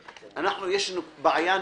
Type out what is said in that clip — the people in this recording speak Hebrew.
תראה, יש לנו בעיה נקודתית.